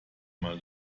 mal